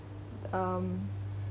um